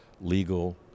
legal